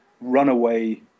runaway